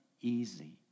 easy